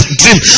dream